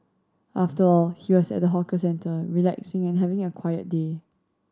after all he was at a hawker centre relaxing and having a quiet day